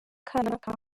kanaka